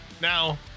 now